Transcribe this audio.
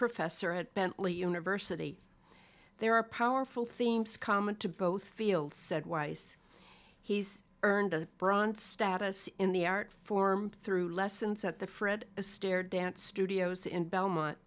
professor at bentley university there are powerful themes common to both fields said weiss he's earned a bronze status in the art form through lessons at the fred astaire dance studios in belmont